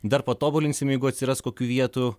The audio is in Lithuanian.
dar patobulinsim jeigu atsiras kokių vietų